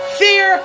fear